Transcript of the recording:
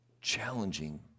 challenging